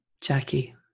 jackie